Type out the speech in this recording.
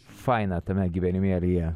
faina tame gyvenimėlyje